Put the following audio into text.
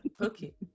okay